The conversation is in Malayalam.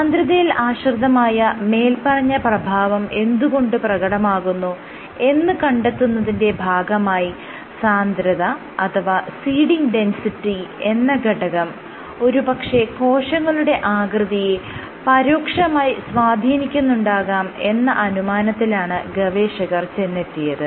സാന്ദ്രതയിൽ ആശ്രിതമായ മേല്പറഞ്ഞ പ്രഭാവം എന്തുകൊണ്ട് പ്രകടമാകുന്നു എന്ന് കണ്ടെത്തുന്നതിന്റെ ഭാഗമായി സാന്ദ്രത അഥവാ സീഡിങ് ഡെന്സിറ്റി എന്ന ഘടകം ഒരു പക്ഷെ കോശങ്ങളുടെ ആകൃതിയെ പരോക്ഷമായി സ്വാധീനിക്കുന്നുണ്ടാകാം എന്ന അനുമാനത്തിലാണ് ഗവേഷകർ ചെന്നെത്തിയത്